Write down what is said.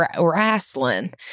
wrestling